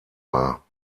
war